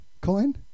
coin